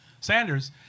Sanders